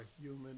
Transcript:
human